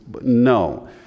No